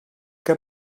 què